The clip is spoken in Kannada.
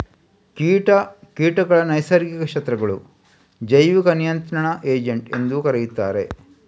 ಕೀಟ ಕೀಟಗಳ ನೈಸರ್ಗಿಕ ಶತ್ರುಗಳು, ಜೈವಿಕ ನಿಯಂತ್ರಣ ಏಜೆಂಟ್ ಎಂದೂ ಕರೆಯುತ್ತಾರೆ